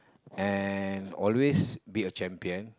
and always be a champion